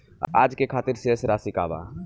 आज के खातिर शेष राशि का बा?